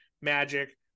magic